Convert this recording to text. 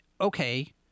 Okay